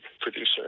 producer